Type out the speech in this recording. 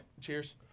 Cheers